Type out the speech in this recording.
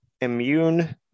immune